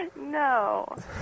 No